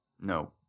no